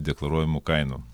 deklaruojamų kainų